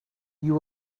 you